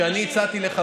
שנייה,